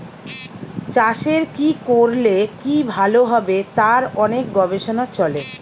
চাষের কি করলে কি ভালো হবে তার অনেক গবেষণা চলে